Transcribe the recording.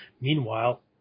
Meanwhile